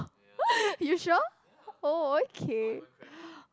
you sure oh okay